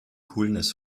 coolness